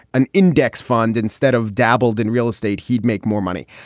an index fund instead of dabbled in real estate, he'd make more money.